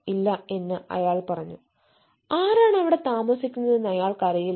ഇല്ല എന്ന് അയാൾ പറഞ്ഞു ആരാണ് അവിടെ താമസിക്കുന്നതെന്ന് അയാൾക്കറിയില്ല